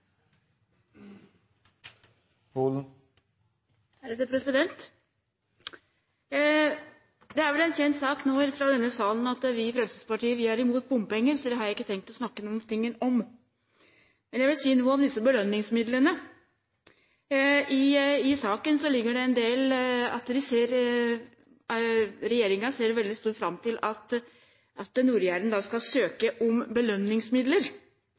vel en kjent sak i denne salen at vi i Fremskrittspartiet er imot bompenger, så det har jeg ikke tenkt å snakke om. Men jeg vil si noe om disse belønningsmidlene. I innstillingen til saken står det at flertallet ser veldig fram til at Nord-Jæren skal søke om belønningsmidler.